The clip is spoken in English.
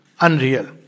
unreal